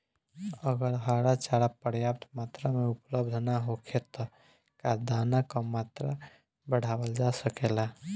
अगर हरा चारा पर्याप्त मात्रा में उपलब्ध ना होखे त का दाना क मात्रा बढ़ावल जा सकेला?